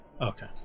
Okay